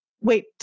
Wait